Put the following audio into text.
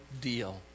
deal